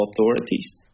authorities